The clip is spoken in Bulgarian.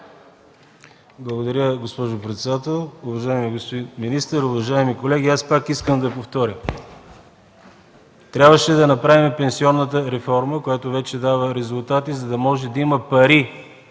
Благодаря, госпожо председател. Уважаеми господин министър, уважаеми колеги, искам да повторя: трябваше да направим пенсионната реформа, която вече дава резултати, за да може да има пари,